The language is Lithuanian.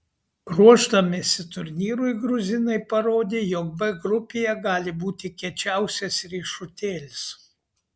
ruošdamiesi turnyrui gruzinai parodė jog b grupėje gali būti kiečiausias riešutėlis